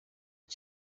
cyo